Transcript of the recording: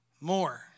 more